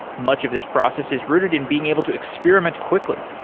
much of this process is rooted in being able to experiment quickly,